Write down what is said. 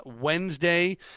Wednesday